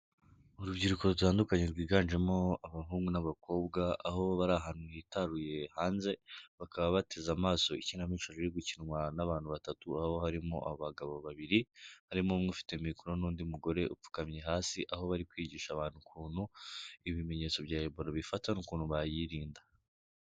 Urubyiruko rutandukanye rwiganjemo abahungu n'abakobwa aho bari ahantu hitaruye hanze, bakaba bateze amaso ikinamico izri gukinwa n'abantu batatu aho harimo abagabo babiri, harimo umwe ufite a mikoro n'undi mugore upfukamye hasi aho bari kwigisha abantu ukuntu ibimenyetso bya Ebola bifata n'ukuntu bayirinda.